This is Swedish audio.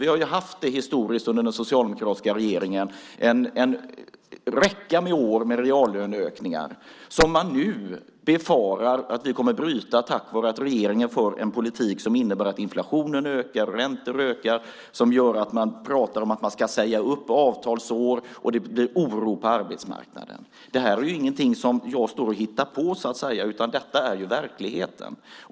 Historiskt sett har vi under socialdemokratiska regeringar haft en räcka av år med reallöneökningar som man nu befarar kommer att brytas på grund av att regeringen för en politik som innebär att inflationen och räntan ökar. Det gör att man pratar om att man ska säga upp avtalsår, och det blir oro på arbetsmarknaden. Det här är inte något som jag står här och hittar på, utan detta är verkligheten.